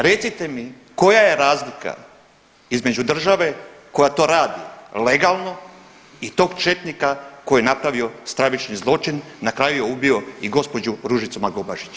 Recite mi koja je razlika između države koja to radi legalno i tog četnika koji je napravio stravični zločin, na kraju je ubio i gospođu Ružicu Markobašić.